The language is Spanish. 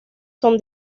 son